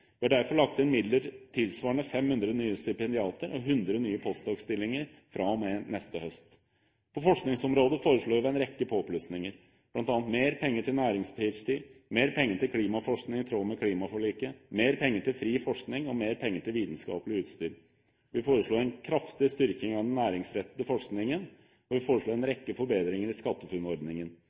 Vi har derfor lagt inn midler tilsvarende 500 nye stipendiater og 100 nye post doc.-stillinger fra og med neste høst. På forskningsområdet foreslår vi en rekke påplussinger, bl.a. mer penger til nærings-ph.d., mer penger til klimaforskning i tråd med klimaforliket, mer penger til fri forskning og mer penger til vitenskapelig utstyr. Vi foreslår en kraftig styrking av den næringsrettede forskningen, og vi foreslår en rekke forbedringer i